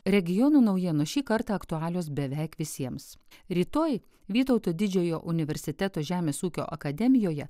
regionų naujienos šį kartą aktualios beveik visiems rytoj vytauto didžiojo universiteto žemės ūkio akademijoje